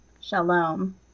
shalom